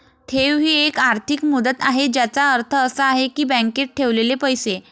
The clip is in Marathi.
ठेव ही एक आर्थिक मुदत आहे ज्याचा अर्थ असा आहे की बँकेत ठेवलेले पैसे